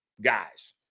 guys